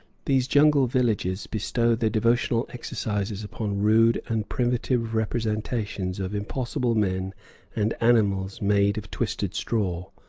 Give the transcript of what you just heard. these jungle villagers bestow their devotional exercises upon rude and primitive representations of impossible men and animals made of twisted straw.